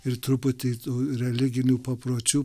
ir truputį tų religinių papročių